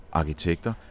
arkitekter